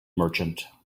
merchant